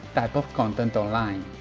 type of content online.